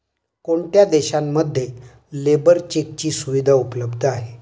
कोणत्या देशांमध्ये लेबर चेकची सुविधा उपलब्ध आहे?